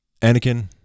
Anakin